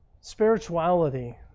Spirituality